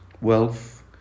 wealth